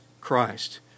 Christ